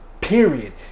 period